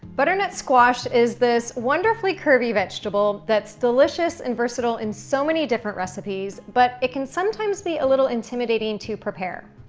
butternut squash is this wonderfully curvy vegetable that's delicious and versatile in so many different recipes but it can sometimes be a little intimidating to prepare.